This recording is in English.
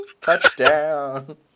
Touchdown